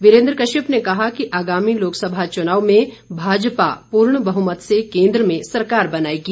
वीरेन्द्र कश्यप ने कहा कि आगामी लोकसभा चुनाव में भाजपा पूर्ण बहमत से केन्द्र में सरकार बनाएंगी